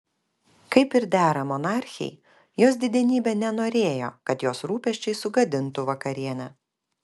kaip ir dera monarchei jos didenybė nenorėjo kad jos rūpesčiai sugadintų vakarienę